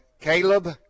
Caleb